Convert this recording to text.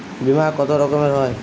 বিমা কত রকমের হয়?